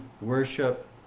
worship